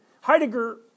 Heidegger